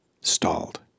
stalled